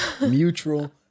mutual